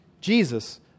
Jesus